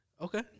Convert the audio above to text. Okay